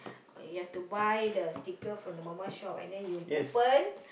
you have to buy the sticker from the mama shop and then you open